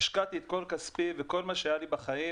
השקעתי את כל כספי וכל מה שהיה לי בחיים